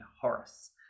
Horace